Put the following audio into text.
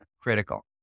critical